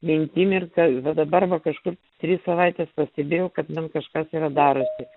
mintim ir va dabar va kažkur tris savaites pastebėjau kad man kažkas yra darosi